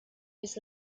was